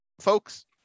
folks